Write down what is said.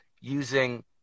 using